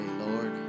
Lord